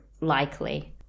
likely